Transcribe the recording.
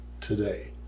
today